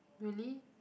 really